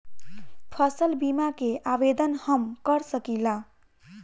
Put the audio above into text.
फसल बीमा के आवेदन हम कर सकिला?